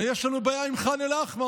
יש לנו בעיה עם ח'אן אל-אחמר,